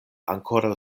ankoraŭ